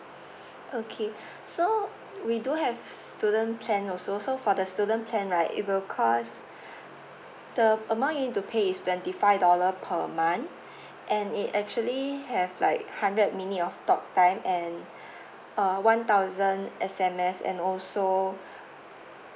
okay so we do have student plan also so for the student plan right it will cost the amount you need to pay is twenty five dollar per month and it actually have like hundred minute of talk time and uh one thousand S_M_S and also